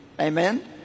amen